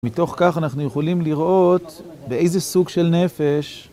מתוך כך אנחנו יכולים לראות באיזה סוג של נפש.